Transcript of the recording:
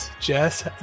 Jess